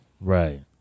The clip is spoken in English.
Right